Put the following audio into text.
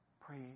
pray